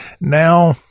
Now